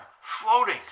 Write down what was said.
Floating